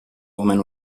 woman